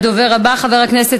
כשתהיה פה מדינה